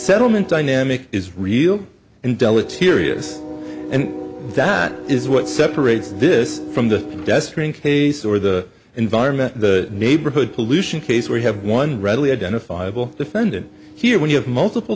settlement dynamic is real and deleterious and that is what separates this from the desk green case or the environment the neighborhood pollution case where you have one readily identifiable defendant here when you have multiple